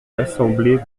l’assemblée